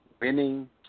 winning